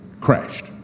crashed